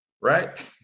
right